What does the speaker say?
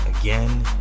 again